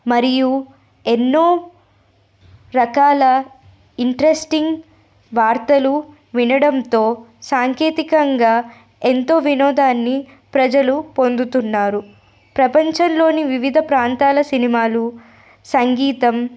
మరియు ఎన్నో రకాల ఇంట్రెస్టింగ్ వార్తలు వినడంతో సాంకేతికంగా ఎంతో వినోదాన్ని ప్రజలు పొందుతున్నారు ప్రపంచంలోని వివిధ ప్రాంతాల సినిమాలు సంగీతం